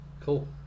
cool